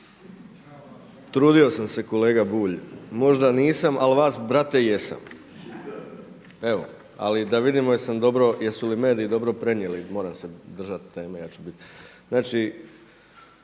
Trudio sam se kolega Bulj, možda nisam ali vas brate jesam. Evo ali da vidimo jesu li mediji dobro prenijeli, moram se držati teme. Znači,